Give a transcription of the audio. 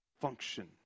function